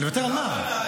לוותר על מה?